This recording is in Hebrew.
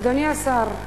אדוני השר,